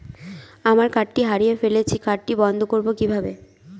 আমার কার্ডটি হারিয়ে ফেলেছি কার্ডটি বন্ধ করব কিভাবে?